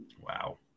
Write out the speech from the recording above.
Wow